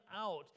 out